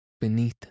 beneath